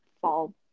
fall